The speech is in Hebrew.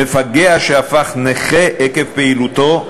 מפגע שהפך נכה עקב פעילותו,